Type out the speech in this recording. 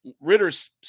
Ritter's